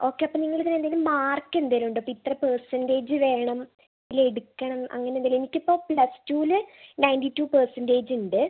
okay അപ്പോൾ നിങ്ങള് ഇതിന് എന്തേലും മാർക്ക് എന്തേലും ഉണ്ടോ ഇപ്പോൾ ഇത്ര പെർസെൻ്റെജ് വേണം ഇല്ലേൽ എടുക്കണം അങ്ങനെ എന്തേലും എനിക്കിപ്പോൾ പ്ലസ് ടൂവില് നയൻറ്റി ടു പെർസെൻറ്റെജ് ഉണ്ട്